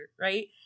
right